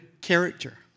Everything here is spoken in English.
character